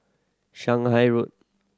Shanghai Road